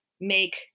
make